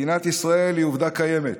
מדינת ישראל היא עובדה קיימת.